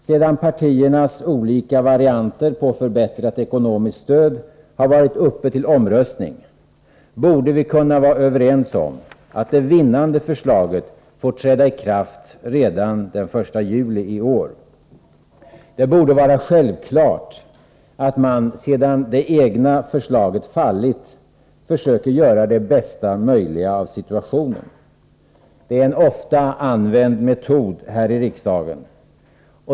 Sedan partiernas olika varianter på förbättrat ekonomiskt stöd har varit uppe till omröstning, borde vi kunna vara överens om, att det vinnande förslaget får träda i kraft redan den 1 juli i år. Det borde vara självklart att man, sedan det egna förslaget fallit, försöker göra det bästa möjliga av situationen. Det är en ofta använd metod i riksdagen.